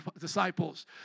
disciples